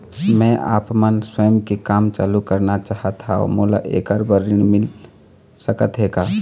मैं आपमन स्वयं के काम चालू करना चाहत हाव, मोला ऐकर बर ऋण मिल सकत हे का?